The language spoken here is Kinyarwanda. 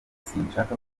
sinshaka